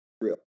real